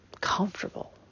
comfortable